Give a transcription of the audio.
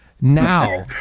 now